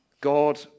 God